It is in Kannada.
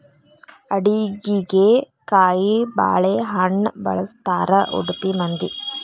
ಅಡಿಗಿಗೆ ಕಾಯಿಬಾಳೇಹಣ್ಣ ಬಳ್ಸತಾರಾ ಉಡುಪಿ ಮಂದಿ